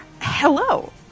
Hello